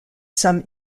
some